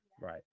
right